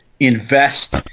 invest